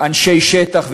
לאנשי שטח,